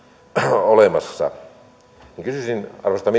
olemassa kysyisin arvoisalta